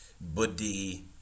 buddhi